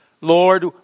Lord